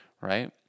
right